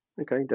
Okay